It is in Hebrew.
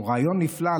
שהוא רעיון נפלא,